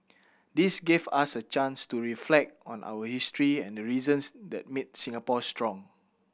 this gave us a chance to reflect on our history and the reasons that made Singapore strong